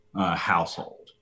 household